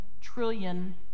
trillion